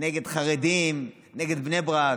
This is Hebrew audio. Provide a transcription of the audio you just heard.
נגד חרדים, נגד בני ברק,